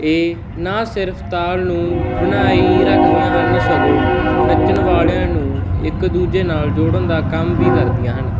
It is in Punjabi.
ਇਹ ਨਾ ਸਿਰਫ ਤਾਲ ਨੂੰ ਬਣਾਈ ਰੱਖਦੀਆਂ ਹਨ ਸਗੋਂ ਨੱਚਣ ਵਾਲਿਆਂ ਨੂੰ ਇੱਕ ਦੂਜੇ ਨਾਲ ਜੋੜਨ ਦਾ ਕੰਮ ਵੀ ਕਰਦੀਆਂ ਹਨ